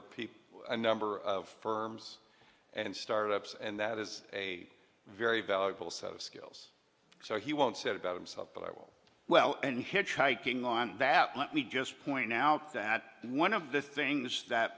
of people a number of firms and startups and that is a very valuable so skills so he won't set about himself but i will well and hitchhiking on that let me just point out that one of the things that